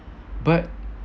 but